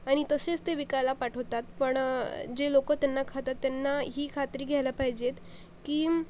आणि तसेच ते विकायला पाठवतात पण जे लोकं त्यांना खातात त्यांना ही खात्री घ्यायला पाहिजे की